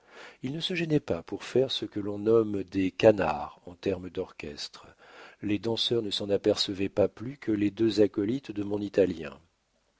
il ne se gênait pas pour faire ce que l'on nomme des canards en termes d'orchestre les danseurs ne s'en apercevaient pas plus que les deux acolytes de mon italien